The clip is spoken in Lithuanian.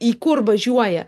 į kur važiuoja